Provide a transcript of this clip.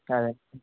కాదండి